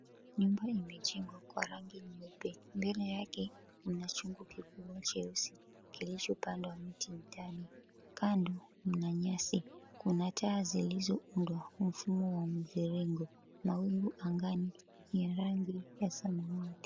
Nyumba imejengwa kwa rangi nyeupe, mbele yake mna chungu kikubwa cheusi kilichopandwa mti ndani. Kando mna nyasi, kuna taa zilizoundwa mfumo wa mviringo. Mawingu angani ni ya rangi ya samawati